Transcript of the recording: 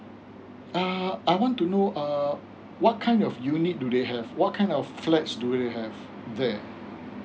uh I want to know uh what kind of unit do they have what kind of flats do they have there